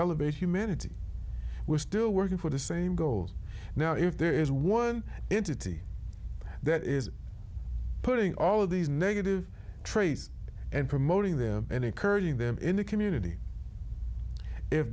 elevate humanity we're still working for the same goals now if there is one entity that is putting all of these negative traits and promoting them and encouraging them in the community if